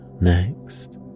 next